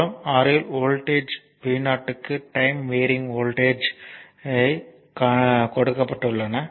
problem 6 இல் voltage V0 க்கு time varying voltage கொடுக்கப்பட்டுள்ளன